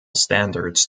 standards